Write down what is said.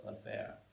affair